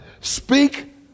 speak